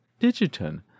Digiton